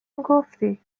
گفتی